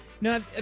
No